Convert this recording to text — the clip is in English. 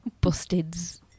Busted's